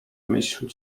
myśli